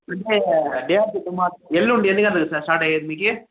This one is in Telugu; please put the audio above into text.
అంటే డే ఆఫ్టర్ టుమారో ఎల్లుండి ఎన్ని గంటలకి స్టార్ట్ అయ్యేది సార్ మీకి